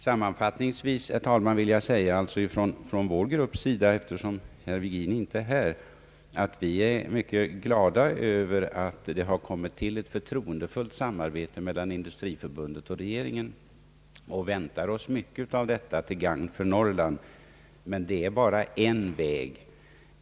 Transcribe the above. Sammanfattningsvis vill jag säga på vår grupps vägnar, eftersom herr Virgin inte är här, att vi är mycket glada över att det har kommit till ett förtroendefullt samarbete mellan Industriförbundet och regeringen och att vi väntar oss mycket av detta till gagn för Norrland. Men det är bara en väg.